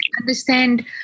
understand